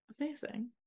Amazing